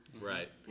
Right